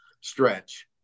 stretch